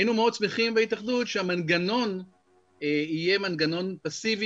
היינו מאוד שמחים בהתאחדות שהמנגנון יהיה מנגנון פסיבי,